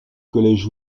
collège